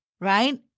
right